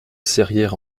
serrières